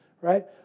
right